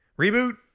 Reboot